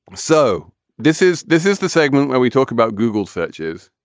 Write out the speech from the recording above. so this is this is the segment where we talk about google searches.